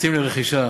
יוצאים לרכישה